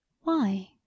Why